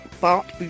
Bart